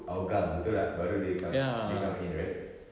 hougang betul tak baru dia come dia come in right